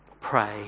pray